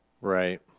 right